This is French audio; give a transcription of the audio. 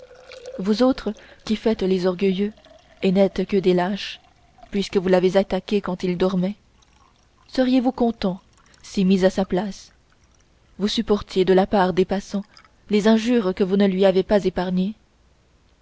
vous autres qui faites les orgueilleux et n'êtes que des lâches puisque vous l'avez attaqué quand il dormait seriez-vous contents si mis à sa place vous supportiez de la part des passants les injures que vous ne lui avez pas épargnées